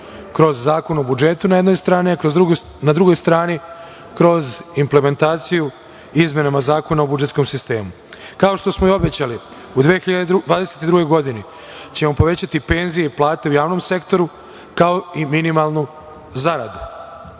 kroz Zakon o budžetu na jednoj strani, a na drugoj strani kroz implementaciju izmenama Zakona o budžetskom sistemu. Kao što smo i obećali, u 2022. godini ćemo povećati penzije i plate u javnom sektoru, kao i minimalnu zaradu.